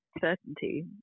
certainty